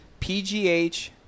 pgh